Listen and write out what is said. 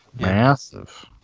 Massive